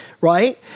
right